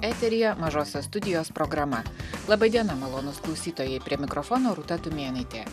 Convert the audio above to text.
eteryje mažosios studijos programa laba diena malonūs klausytojai prie mikrofono rūta tumėnaitė